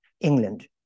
England